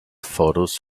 photos